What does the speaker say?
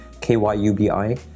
K-Y-U-B-I